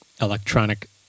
electronic